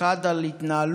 האחת על התנהלות,